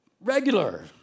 regular